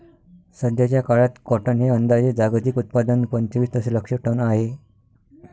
सध्याचा काळात कॉटन हे अंदाजे जागतिक उत्पादन पंचवीस दशलक्ष टन आहे